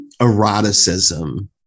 eroticism